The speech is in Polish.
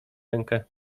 rękę